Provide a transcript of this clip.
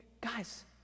guys